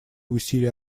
усилий